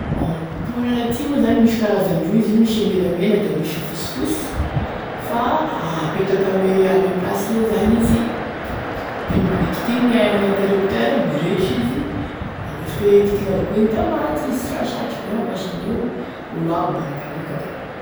Ampoule ty moa zany misy karazany roy izy io misy e menamena da misy e fosifosy fa apetaky ame ame placeny eo zany izy pind- pitigny gn'interupteur mirehatr'izy la ohatry koe kitihigny avao koa igny da maty izy sy raha sarotry be mampiasa an'io, olo aby managny agn'io ka da.